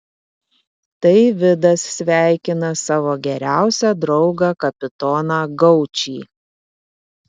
tai vidas sveikina savo geriausią draugą kapitoną gaučį